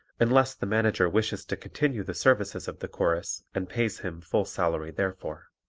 unless the manager wishes to continue the services of the chorus and pays him full salary therefor.